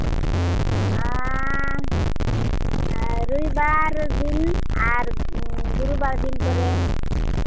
ᱟᱨ ᱨᱳᱵᱤᱵᱟᱨ ᱫᱤᱱ ᱟᱨ ᱜᱩᱨᱩᱵᱟᱨ ᱫᱤᱱ ᱠᱚᱨᱮᱫ